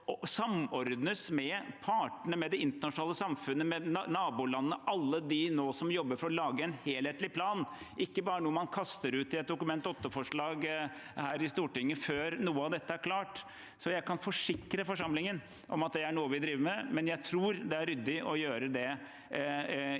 samordnes med partene, med det internasjonale samfunnet, med nabolandene, alle de som nå jobber for å lage en helhetlig plan, ikke bare være noe man kaster ut i et Dokument 8-forslag her i Stortinget, før noe av dette er klart. Jeg kan forsikre forsamlingen om at det er noe vi driver med, men jeg tror det er ryddig å gjøre det innenfor